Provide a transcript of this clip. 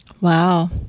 Wow